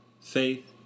Faith